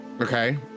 Okay